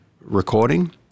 recording